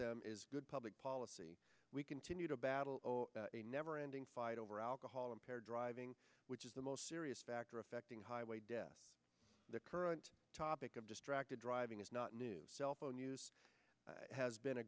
them is good public policy we continue to battle a never ending fight over alcohol impaired driving which is the most serious factor affecting highway deaths the current topic of distracted driving is not new cell phone use has been a